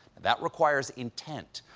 that requires intent,